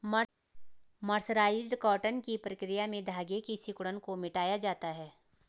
mercerised cotton की प्रक्रिया में धागे की सिकुड़न को मिटाया जाता है